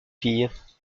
filles